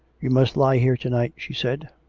you must lie here to-night, she said.